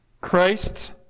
christ